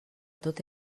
tot